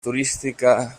turística